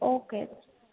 okay